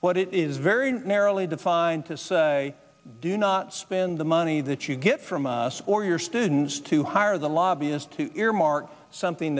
what it is very narrowly defined to say do not spend the money that you get from us or your students to hire the lobbyist to earmark something